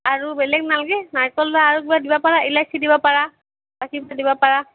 আৰু বেলেগ নালগে নাৰিকলৰ আৰু কিবা দিব পাৰা ইলাইছি দিব পাৰা বা কিবা দিব পাৰা